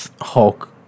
Hulk